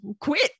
quit